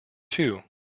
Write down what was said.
two